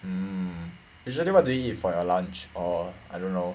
mm usually what do you eat for your lunch or I don't know